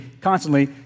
constantly